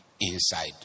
inside